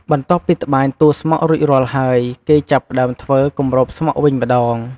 បន្ទាប់ពីត្បាញតួស្មុគរួចរាល់ហើយ គេចាប់ផ្តើមធ្វើ គម្របស្មុគវិញម្តង។